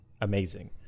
amazing